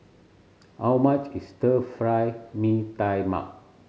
how much is Stir Fried Mee Tai Mak